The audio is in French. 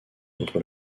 contre